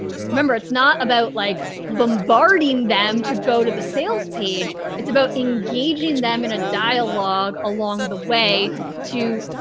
remember it's not about like bombarding them to go to the sales page. it's about engaging them in a dialogue along the way too.